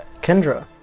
Kendra